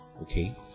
Okay